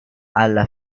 alla